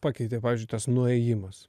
pakeitė pavyzdžiui tas nuėjimas